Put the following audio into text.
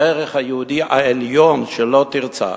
הערך היהודי העליון של "לא תרצח"